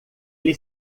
ele